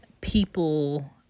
people